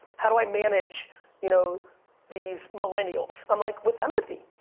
how do i manage you know these millennials? i'm like, with empathy.